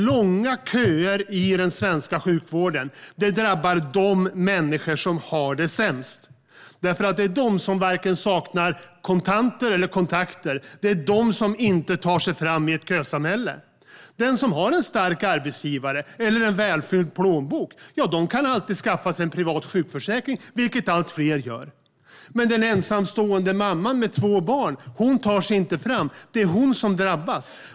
Långa köer i den svenska sjukvården drabbar de människor som har det sämst. De som varken har kontanter eller kontakter tar sig inte fram i ett kösamhälle. Den som har en stark arbetsgivare eller en välfylld plånbok kan alltid skaffa sig en privat sjukförsäkring, vilket allt fler gör. Men den ensamstående mamman med två barn tar sig inte fram. Det är hon som drabbas.